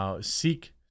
seek